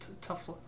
tough